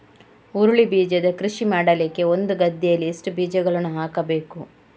ಹುರುಳಿ ಬೀಜದ ಕೃಷಿ ಮಾಡಲಿಕ್ಕೆ ಒಂದು ಗದ್ದೆಯಲ್ಲಿ ಎಷ್ಟು ಬೀಜಗಳನ್ನು ಹಾಕಬೇಕು?